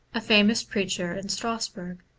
a famous preacher in strasbourg.